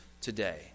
today